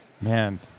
Man